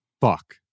Fuck